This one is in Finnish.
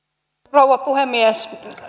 rouva puhemies